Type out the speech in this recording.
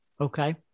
Okay